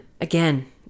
again